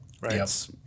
Right